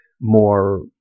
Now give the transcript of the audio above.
more